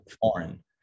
foreign